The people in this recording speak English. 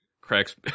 cracks